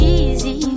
easy